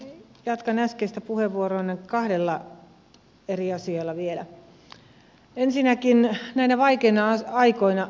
jatkan äskeistä puheenvuoroani kahdella eri asialla vielä